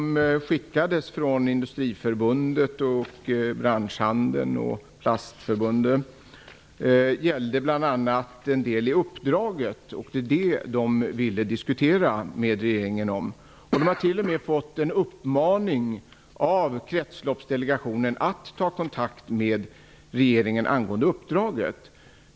Industriförbundet, branschhandeln och plastförbunden gällde bl.a. en del av uppdraget. Det var den frågan som man ville diskutera med regeringen. Man har t.o.m. fått en uppmaning av Kretsloppsdelegationen att ta kontakt med regeringen angående uppdraget.